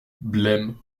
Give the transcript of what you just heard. blême